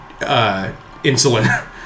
Insulin